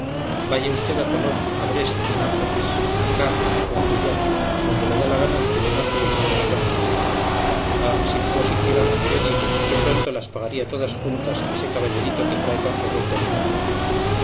vaya usted a tolón a brest a nápoles acá o acullá donde le da la gana al bribonazo del primer cónsul ah si todos hicieran lo que yo digo qué pronto las pagaría todas juntas ese caballerito que trae tan revuelto al mundo